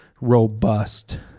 robust